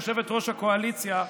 יושבת-ראש הקואליציה,